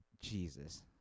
Jesus